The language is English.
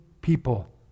people